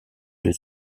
deux